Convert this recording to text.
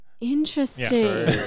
Interesting